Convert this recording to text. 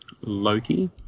Loki